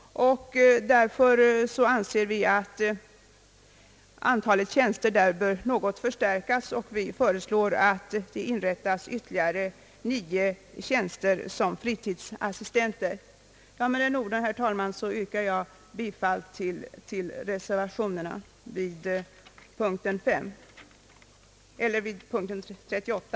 Därför föreslår vi att det inrättas ytterligare nio tjänster som fritidsassistenter. Med dessa ord, herr talman, yrkar jag bifall till reservationerna a och b vid punkten 38.